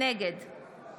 נגד